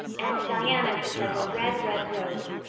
and diana's is like a red, red rose.